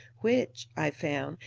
which, i found,